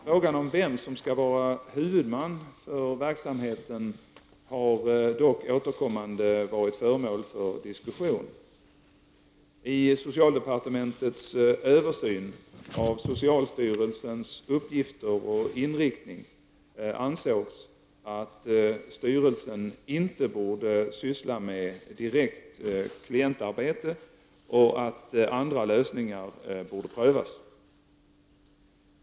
Frågan om vem som skall vara huvudman för verksamheten har dock återkommande varit föremål för diskussion. I socialdepartementets översyn av socialstyrelsens uppgifter och inriktning ansågs att styrelsen inte borde syssla med klientarbete och att andra lösningar borde prövas.